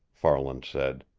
farland said.